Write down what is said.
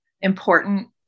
important